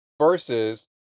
versus